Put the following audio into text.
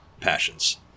passions